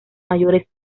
mayores